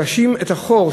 תאשים את החור.